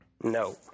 No